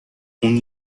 اون